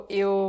eu